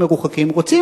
יותר.